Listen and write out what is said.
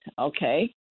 okay